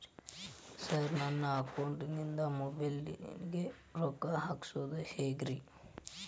Sir ನನ್ನ ಅಕೌಂಟದಿಂದ mobile ಫೋನಿಗೆ ರೊಕ್ಕ ಹಾಕೋದು ಹೆಂಗ್ರಿ?